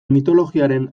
mitologiaren